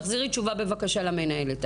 תחזרי, בבקשה, עם תשובה למנהלת.